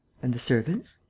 and the servants?